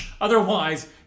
Otherwise